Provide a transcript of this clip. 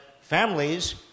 families